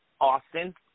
Austin